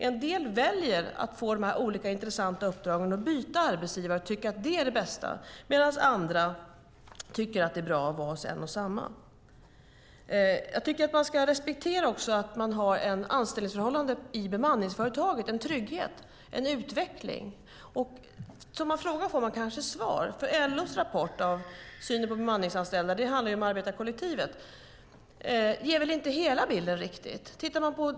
En del väljer att få de olika intressanta uppdragen och byta arbetsgivare och tycker att det är det bästa, medan andra tycker att det är bra att vara hos en och samma. Jag tycker att det också ska finnas respekt för att man har ett anställningsförhållande, en trygghet och en utveckling i bemanningsföretaget. Som man frågar får man kanske svar. LO:s rapport om synen på bemanningsanställda handlar om arbetarkollektivet och ger väl inte riktigt hela bilden.